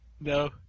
No